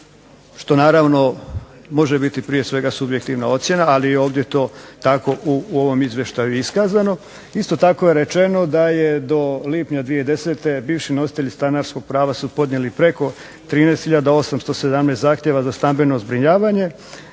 što naravno može biti prije svega subjektivna ocjena, ali ovdje to tako u ovom izvještaju iskazano. Isto tako je rečeno da je do lipnja 2010. bivši nositelji stanarskog prava su podnijeli preko 13817 zahtjeva za stambeno zbrinjavanje